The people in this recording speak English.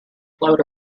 float